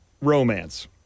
Romance